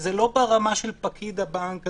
וזה לא ברמה של פקיד הבנק הזוטר.